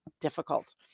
difficult